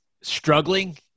struggling